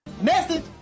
Message